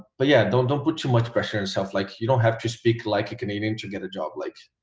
but yeah don't don't put too much pressure and stuff like you don't have to speak like a canadian to get a job like